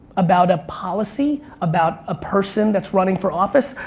about a policy? about a person that's running for office?